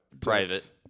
Private